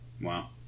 Wow